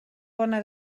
bona